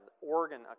organ